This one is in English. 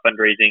fundraising